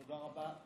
תודה רבה,